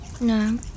No